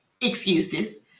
Excuses